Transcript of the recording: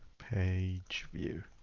page view,